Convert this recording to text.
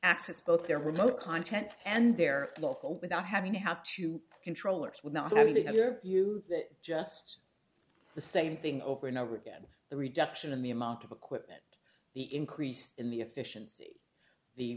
access both their remote content and their local without having to have two controllers will not only have your view that just the same thing over and over again the reduction in the amount of equipment the increase in the efficiency the